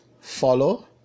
follow